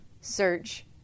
Search